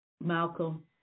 Malcolm